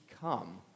come